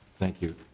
thank you